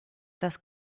dass